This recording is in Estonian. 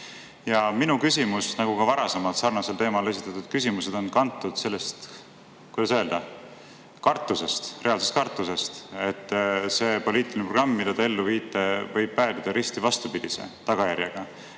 Minu küsimus, nagu ka varasemalt sarnasel teemal esitatud küsimused, on kantud sellest, kuidas öelda, kartusest, reaalsest kartusest, et see poliitiline programm, mida te ellu viite, võib päädida risti vastupidise tagajärjega